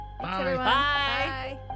Bye